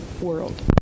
world